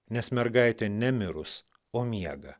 nes mergaitė nemirus o miega